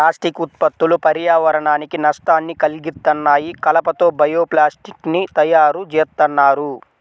plastic ఉత్పత్తులు పర్యావరణానికి నష్టాన్ని కల్గిత్తన్నాయి, కలప తో బయో ప్లాస్టిక్ ని తయ్యారుజేత్తన్నారు